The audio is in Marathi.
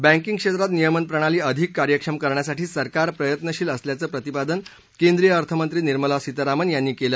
बँकिग क्षेत्रात नियमनप्रणाली अधिक कार्यक्षम करण्यासाठी सरकार प्रयत्नशील असल्याचं प्रतिपादन केंद्रीय अर्थमंत्री निर्माला सीतारामन यांनी केलं